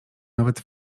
nawet